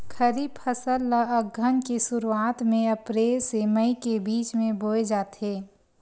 खरीफ फसल ला अघ्घन के शुरुआत में, अप्रेल से मई के बिच में बोए जाथे